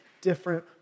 different